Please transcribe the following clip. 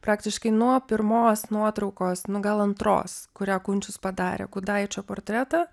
praktiškai nuo pirmos nuotraukos nu gal antros kurią kunčius padarė gudaičio portretą